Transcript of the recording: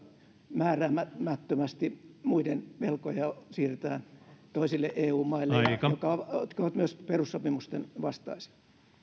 määräämättömästi muiden velkoja siirretään toisille eu maille ja jotka ovat myös perussopimusten vastaisia